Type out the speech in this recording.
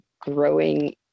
growing